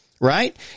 Right